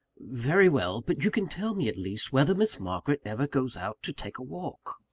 very well but you can tell me at least, whether miss margaret ever goes out to take a walk?